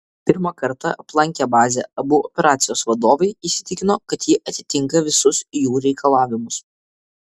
pirmą kartą aplankę bazę abu operacijos vadovai įsitikino kad ji atitinka visus jų reikalavimus